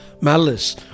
malice